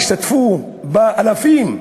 שהשתתפו בה אלפים,